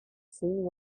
soon